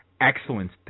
excellence